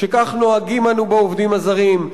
"שכך נוהגים אנו בעובדים הזרים,